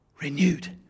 renewed